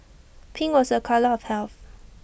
pink was A colour of health